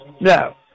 No